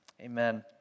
Amen